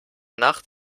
nacht